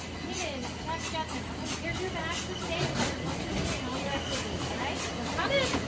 kaden, jack, jasmine okay here's your bag for today! it's got your lunches in it and all your activities. all right, so head on in!